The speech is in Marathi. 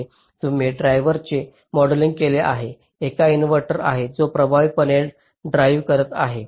तर तुम्ही ड्रायव्हरचे मॉडेलिंग केले आहे एक इन्व्हर्टर आहे जो प्रभावीपणे ड्राईव्ह करत आहे